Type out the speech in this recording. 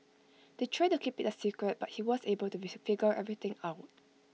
they tried to keep IT A secret but he was able to figure everything out